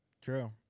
True